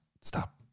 stop